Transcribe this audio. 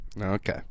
Okay